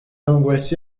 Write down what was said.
angoissé